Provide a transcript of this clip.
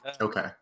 Okay